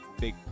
big